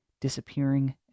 disappearing